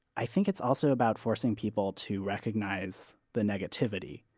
i think it's also about forcing people to recognise the negativity,